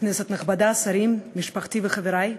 כנסת נכבדה, שרים, משפחתי וחברי,